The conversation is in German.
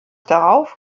darauf